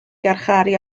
garcharu